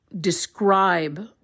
describe